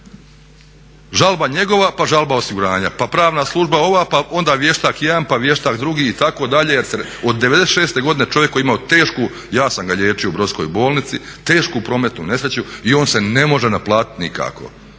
Žalba njegova pa žalba osiguranja, pa pravna služba ova, pa onda vještak jedan, pa vještak drugi itd. od '96 godine čovjek koji je imao tešku, ja sam ga liječio u Brodskoj bolnici, tešku prometnu nesreću i on se ne može naplatiti nikako.